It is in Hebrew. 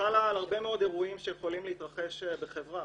נכללים הרבה מאוד אירועים שיכולים להתרחש בחברה: